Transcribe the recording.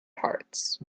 parts